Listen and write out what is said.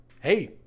hey